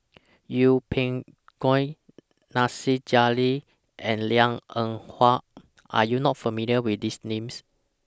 Yeng Pway Ngon Nasir Jalil and Liang Eng Hwa Are YOU not familiar with These Names